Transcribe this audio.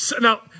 Now